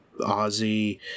Ozzy